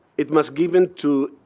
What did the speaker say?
it was given to